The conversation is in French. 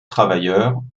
travailleurs